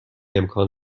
امکان